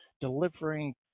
delivering